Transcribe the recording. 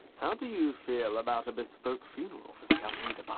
how do you feel about a bespoke funeral for scout leader bunce?